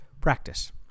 practice